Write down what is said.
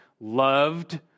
loved